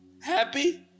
happy